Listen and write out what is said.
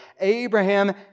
Abraham